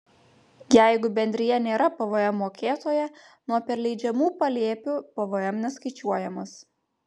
jeigu bendrija nėra pvm mokėtoja nuo perleidžiamų palėpių pvm neskaičiuojamas